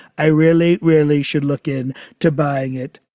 i really, really should look in to buying it